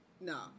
no